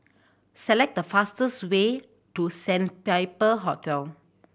select the fastest way to Sandpiper Hotel